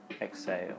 exhale